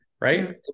right